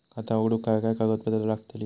खाता उघडूक काय काय कागदपत्रा लागतली?